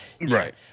right